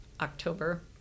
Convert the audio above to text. October